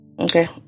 Okay